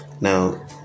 Now